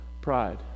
Pride